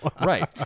Right